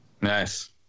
nice